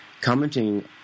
Commenting